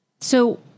So-